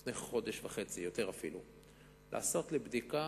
לפני חודש וחצי ואף יותר לעשות לי בדיקה,